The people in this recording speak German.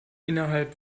innerhalb